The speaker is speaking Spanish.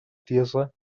tierra